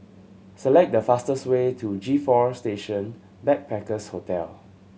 select the fastest way to G Four Station Backpackers Hostel